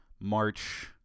March